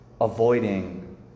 avoiding